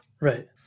Right